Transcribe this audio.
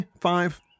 five